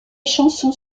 chansons